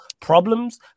problems